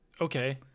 Okay